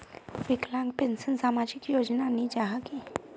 विकलांग पेंशन सामाजिक योजना नी जाहा की?